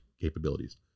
capabilities